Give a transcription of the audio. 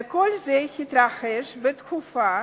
וכל זה התרחש בתקופה